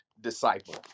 disciple